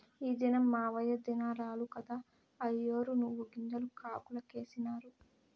ఈ దినం మాయవ్వ దినారాలు కదా, అయ్యోరు నువ్వుగింజలు కాగులకేసినారు